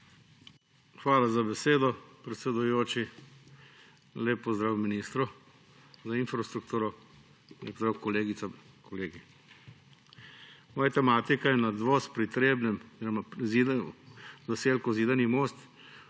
Hvala za besedo, predsedujoči. Lep pozdrav ministru za infrastrukturo in kolegicam, kolegom! Moja tematika je nadvoz pri Trebnjem oziroma zaselku Zidani Most